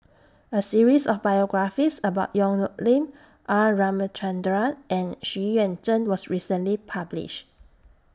A series of biographies about Yong Nyuk Lin R Ramachandran and Xu Yuan Zhen was recently published